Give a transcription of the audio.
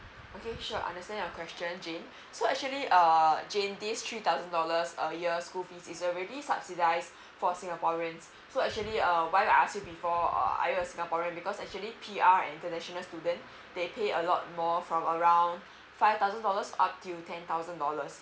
okay sure understand your question jane so actually err jane this three thousand dollars a year school fees is already subsidies for singaporeans so actually uh why I ask you before are you a singaporean because actually P_R and international school they pay a lot more from around five thousand dollars up till ten thousand dollars